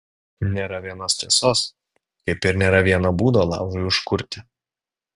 nėra vienos tiesos kaip ir nėra vieno būdo laužui užkurti